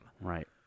Right